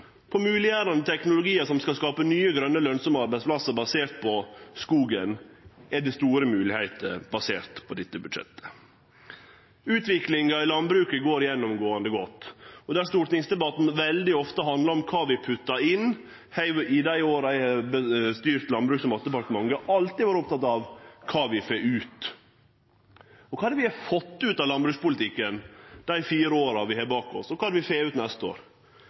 på mogleggjerande teknologiar som skal skape nye, grøne lønsame arbeidsplassar baserte på skogen, er det store moglegheiter basert på dette budsjettet. Utviklinga i landbruket går gjennomgåande godt. Om stortingsdebattane veldig ofte handlar om kva vi puttar inn, har eg i dei åra eg har styrt Landbruks- og matdepartementet, alltid vore oppteken av kva vi får ut. Kva er det vi har fått ut av landbrukspolitikken dei fire åra vi har bak oss, og kva er det vi får ut neste år?